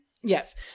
Yes